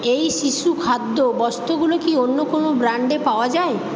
এই শিশু খাদ্য বস্তুগুলো কি অন্য কোনও ব্র্যাণ্ডে পাওয়া যায়